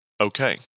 okay